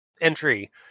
entry